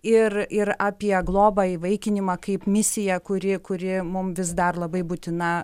ir ir apie globą įvaikinimą kaip misiją kuri kuri mum vis dar labai būtina